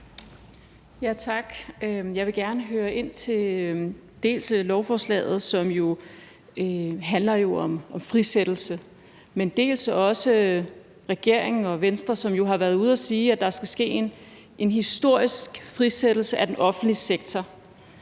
Tak. Jeg vil gerne spørge ind til lovforslaget, som jo handler om frisættelse, men også i forhold til regeringen og Venstre, som jo har været ude at sige, at der skal ske en historisk frisættelse af den offentlige sektor.